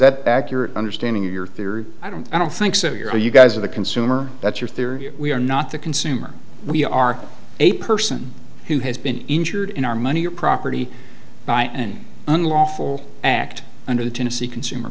that accurate understanding of your theory i don't i don't think so your you guys are the consumer that's your theory we are not the consumer we are a person who has been injured in our money or property by an unlawful act under the tennessee consumer